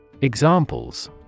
Examples